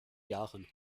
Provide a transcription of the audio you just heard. jahren